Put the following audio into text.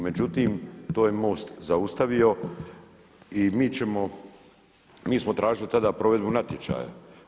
Međutim, to je MOST zastavio i mi ćemo, mi smo tražili tada provedbu natječaja.